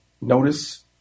notice